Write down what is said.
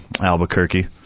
Albuquerque